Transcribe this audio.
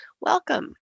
Welcome